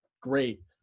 great